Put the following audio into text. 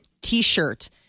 t-shirt